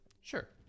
sure